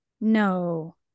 No